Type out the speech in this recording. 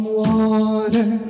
water